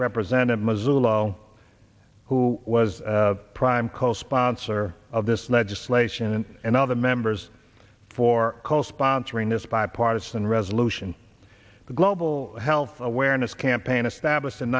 represented muzzle who was prime co sponsor of this legislation and other members for co sponsoring this bipartisan resolution the global health awareness campaign established in